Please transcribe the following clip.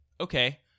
Okay